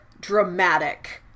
dramatic